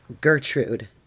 Gertrude